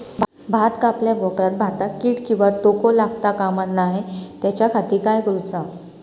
भात कापल्या ऑप्रात भाताक कीड किंवा तोको लगता काम नाय त्याच्या खाती काय करुचा?